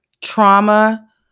trauma